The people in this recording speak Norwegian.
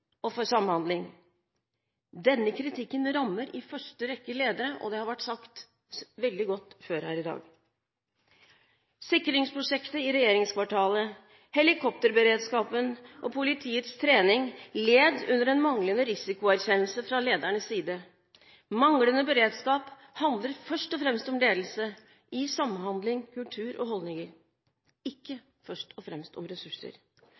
og for samhandling. Denne kritikken rammer i første rekke ledere, og det har vært sagt veldig godt før her i dag. Sikringsprosjektet i regjeringskvartalet, helikopterberedskapen og politiets trening led under en manglende risikoerkjennelse fra ledernes side. Manglende beredskap handler først og fremst om ledelse i samhandling, kultur og holdninger, ikke først og fremst om ressurser.